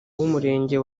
w’umurenge